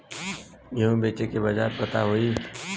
गेहूँ बेचे के बाजार पता होई?